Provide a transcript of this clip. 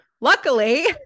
luckily